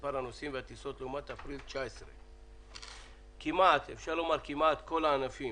במספר הנוסעים והטיסות לעומת אפריל 19'. אפשר לומר שכמעט כל הענפים